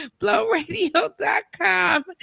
BlowRadio.com